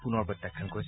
পুনৰ প্ৰত্যাখান কৰিছে